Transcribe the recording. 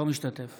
אינו משתתף